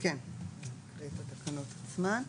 כן, נקריא את התקנות עצמן.